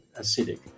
acidic